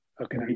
Okay